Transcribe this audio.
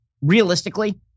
realistically